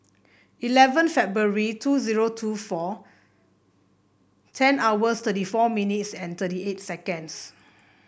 eleven February two zero two four ten hours thirty four minutes and thirty eight seconds